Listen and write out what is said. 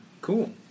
cool